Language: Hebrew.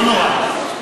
לא נורא.